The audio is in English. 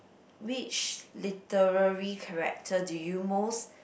which literary character do you most